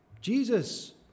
Jesus